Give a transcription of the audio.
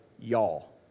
y'all